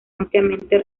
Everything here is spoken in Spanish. ampliamente